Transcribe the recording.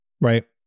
right